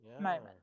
moment